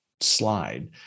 slide